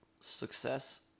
Success